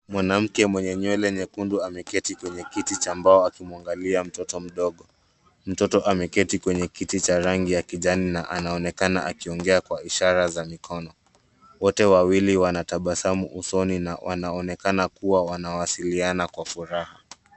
Mwanamke mwenye nywele nyekundu ameketi kwenye kiti cha mbao akimwangalia mtoto mdogo. Mtoto ameketi kwenye kiti cha rangi ya kijani na anaonekana akiongea kwa ishara za mikono. Wote wawili wana tabasamu usoni na wanaonekana kuwa wanawasiliana kwa furaha.